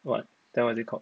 what then is it called